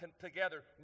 together